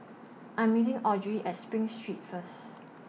I Am meeting Audrey At SPRING Street First